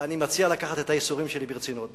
אני מציע לקחת את הייסורים שלי ברצינות.